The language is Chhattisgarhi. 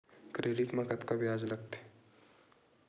क्रेडिट मा कतका ब्याज लगथे?